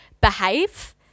behave